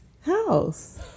house